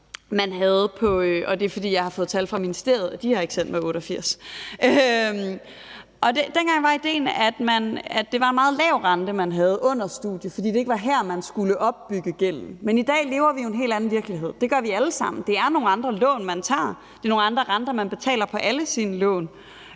under studiet – jeg har fået tal fra ministeriet, men de har ikke sendt mig tallene for 1988 – fordi det ikke var her, man skulle opbygge gælden. Men i dag lever vi jo i en helt anden virkelighed. Det gør vi alle sammen. Det er nogle andre lån, man tager. Det er nogle andre renter, man betaler på alle sine lån.